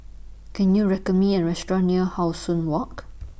Can YOU recommend Me A Restaurant near How Sun Walk